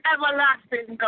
Everlasting